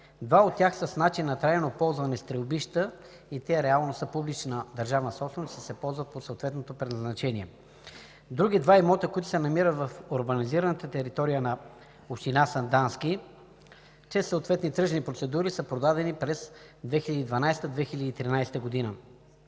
Два от тях са с начин на трайно ползване – стрелбище, и те реално са публична държавна собственост и се ползват по съответното предназначение. Други два имота, които се намират в урбанизираната територия на община Сандански, чрез съответни тръжни процедури са продадени през 2012 – 2013 г.